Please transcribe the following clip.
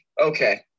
Okay